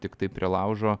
tiktai prie laužo